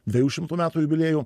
dviejų šimtų metų jubiliejų